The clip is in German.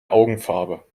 augenfarbe